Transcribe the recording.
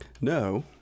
No